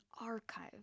archive